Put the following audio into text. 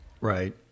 Right